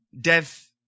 death